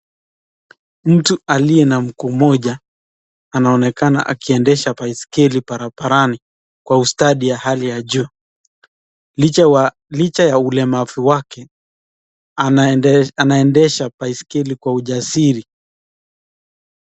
Mtu aliyena mguu mmoja anaonekana akiendesha baiskeli barabarani kwa ustadi ya hali ya juu, licha ya ulemavu wake anaendesha baiskeli kwa ujasiri.